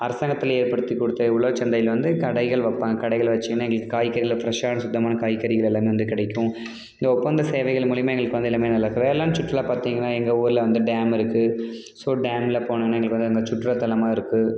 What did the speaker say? அரசாங்கத்தில் ஏற்படுத்திக் கொடுத்த உழவர் சந்தையில் வந்து கடைகள் வைப்பாங்க கடைகள் வெச்சுக்கின்னு எங்களுக்கு காய்கறிகளை ஃப்ரெஷ்ஷான சுத்தமான காய்கறிகள் எல்லாமே வந்து கிடைக்கும் இந்த ஒப்பந்த சேவைகள் மூலயமா எங்களுக்கு வந்து எல்லாமே நல்லாயிருக்கு வேளாண் சுற்றுலா பார்த்தீங்கன்னா எங்கள் ஊரில் வந்து டேம் இருக்குது ஸோ டேமில் போனோன்னால் எங்களுக்கு வந்து அங்கே சுற்றுலாத்தலமாக இருக்குது